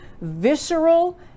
visceral